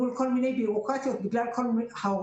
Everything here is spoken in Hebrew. מול כל מיני בירוקרטיות בגלל ההוראות